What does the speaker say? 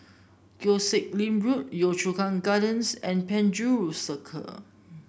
Koh Sek Lim Road Yio Chu Kang Gardens and Penjuru Circle